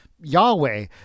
Yahweh